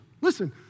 Listen